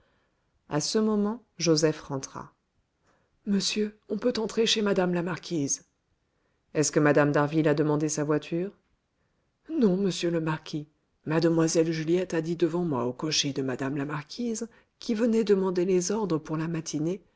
à ce moment joseph rentra monsieur on peut entrer chez mme la marquise est-ce que mme d'harville a demandé sa voiture non monsieur le marquis mlle juliette a dit devant moi au cocher de mme la marquise qui venait demander les ordres pour la matinée